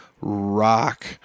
ROCK